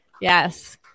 Yes